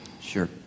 Sure